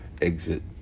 exit